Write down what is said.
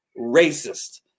racist